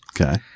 Okay